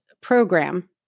program